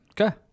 Okay